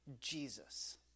Jesus